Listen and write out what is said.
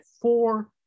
four